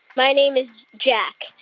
my name is jack,